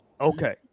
okay